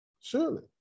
Surely